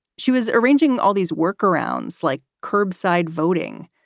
she was arranging all these work arounds like curbside voting,